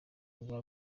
urwa